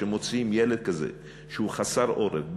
כשמוציאים ילד כזה שהוא חסר עורף,